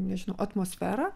nežinau atmosferą